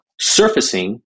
surfacing